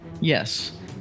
Yes